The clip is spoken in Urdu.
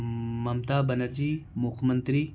ممتا بنجی مکھ منتری